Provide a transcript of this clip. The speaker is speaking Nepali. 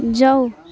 जाऊ